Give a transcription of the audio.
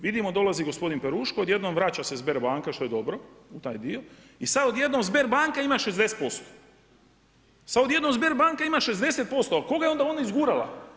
Vidimo dolazi gospodin Peruško, odjednom vraća se Sberbanka što je dobro, u taj dio i sad odjednom Sberbanka ima 60%, sad odjednom Sberbanka ima 60% a koga je onda ona izgurala?